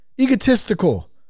egotistical